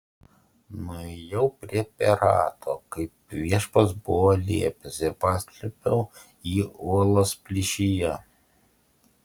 nuėjau prie perato kaip viešpats buvo liepęs ir paslėpiau jį uolos plyšyje